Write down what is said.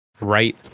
right